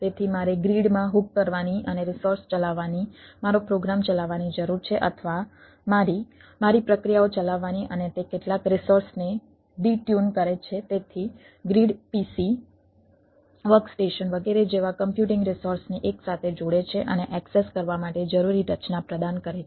તેથી મારે ગ્રીડમાં હૂક વગેરે જેવા કમ્પ્યુટિંગ રિસોર્સને એકસાથે જોડે છે અને એક્સેસ કરવા માટે જરૂરી રચના પ્રદાન કરે છે